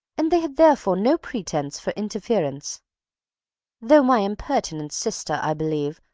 and they had therefore no pretence for interference though my impertinent sister, i believe,